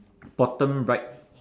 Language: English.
bottom right